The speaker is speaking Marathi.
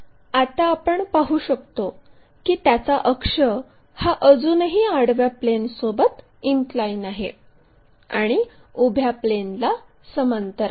आता आपण पाहू शकतो की त्याचा अक्ष हा अजूनही आडव्या प्लेनसोबत इनक्लाइन आहे आणि उभ्या प्लेनला समांतर आहे